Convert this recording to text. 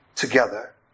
together